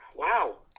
Wow